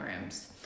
rooms